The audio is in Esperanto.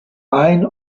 ajn